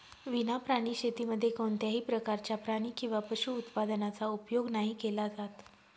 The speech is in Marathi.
विना प्राणी शेतीमध्ये कोणत्याही प्रकारच्या प्राणी किंवा पशु उत्पादनाचा उपयोग नाही केला जात